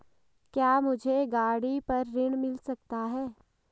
क्या मुझे गाड़ी पर ऋण मिल सकता है?